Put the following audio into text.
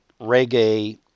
reggae